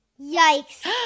Yikes